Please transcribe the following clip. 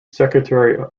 secretary